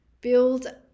build